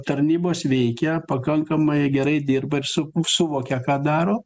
tarnybos veikia pakankamai gerai dirba ir su suvokia ką daro